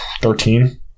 Thirteen